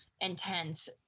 intense